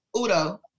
Udo